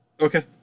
Okay